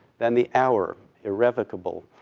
than the hour, irrevocable,